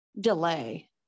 delay